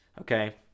Okay